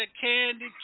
candy